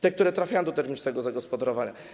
Te, które trafiają do termicznego zagospodarowania.